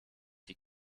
die